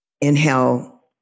inhale